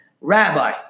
Rabbi